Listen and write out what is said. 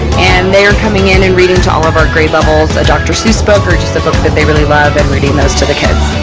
and they are coming in and reading to all of our grade levels a dr seuss book or just a book that they really love, and reading those to the kids.